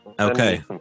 Okay